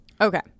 Okay